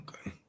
Okay